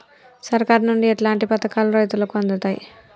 సర్కారు నుండి ఎట్లాంటి పథకాలు రైతులకి అందుతయ్?